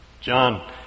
John